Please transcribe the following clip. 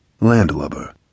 Landlubber